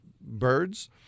birds